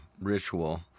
Ritual